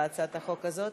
בהצעת החוק הזאת?